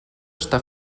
està